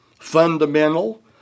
fundamental